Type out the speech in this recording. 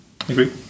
Agree